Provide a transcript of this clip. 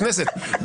בכנסת.